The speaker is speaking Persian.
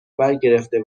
برگرفته